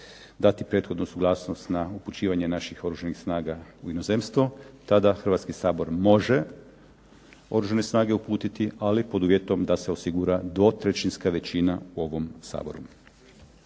dati prethodnu suglasnost na upućivanje naših Oružanih snaga u inozemstvo, tada Hrvatski sabor može Oružane snage uputiti, ali pod uvjetom da se osigura dvotrećinska većina u ovom Saboru.